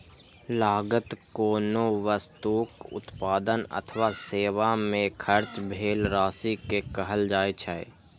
लागत कोनो वस्तुक उत्पादन अथवा सेवा मे खर्च भेल राशि कें कहल जाइ छै